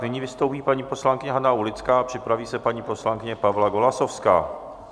Nyní vystoupí paní poslankyně Hana Aulická, připraví se paní poslankyně Pavla Golasowská.